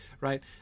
right